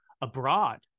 abroad